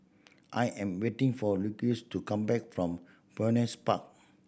I am waiting for Lucius to come back from Phoenix Park